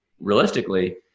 realistically